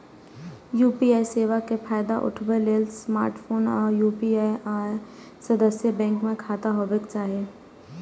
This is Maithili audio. यू.पी.आई सेवा के फायदा उठबै लेल स्मार्टफोन आ यू.पी.आई सदस्य बैंक मे खाता होबाक चाही